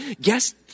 Guess